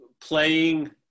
playing